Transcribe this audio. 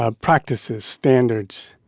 ah practices, standards,